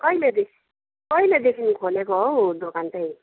कहिलेदेखि कहिलेदेखि खोलेको हौ दोकान चाहिँ